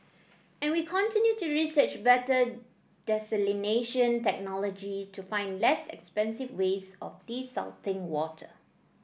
and we continue to research better desalination technology to find less expensive ways of desalting water